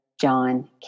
John